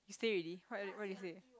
say already what what did you say